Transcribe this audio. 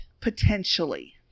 Potentially